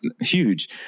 Huge